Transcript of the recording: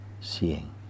seeing